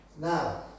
Now